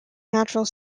natural